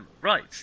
Right